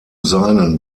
seinen